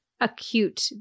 acute